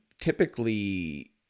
typically